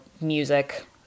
music